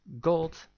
Gold